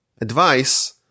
advice